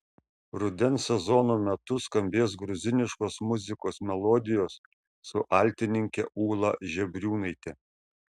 rudens sezono metu skambės gruziniškos muzikos melodijos su altininke ūla žebriūnaite